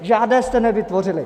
Žádné jste nevytvořili.